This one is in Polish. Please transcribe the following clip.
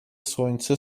słońce